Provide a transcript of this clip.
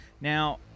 now